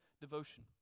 devotion